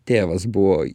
tėvas buvo